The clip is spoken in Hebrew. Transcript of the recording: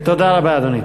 תודה רבה, אדוני.